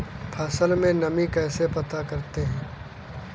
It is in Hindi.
फसल में नमी कैसे पता करते हैं?